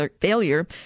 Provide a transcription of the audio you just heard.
failure